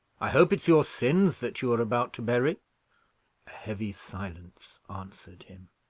i hope it's your sins that you are about to bury! a heavy silence answered him.